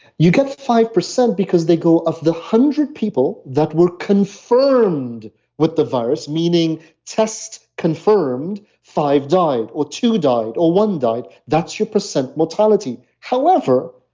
you get five because they go of the hundred people that were confirmed with the virus, meaning test confirmed, five died or two died or one died, that's your percent mortality. however,